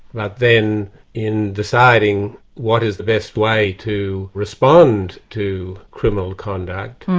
but then in deciding what is the best way to respond to criminal conduct,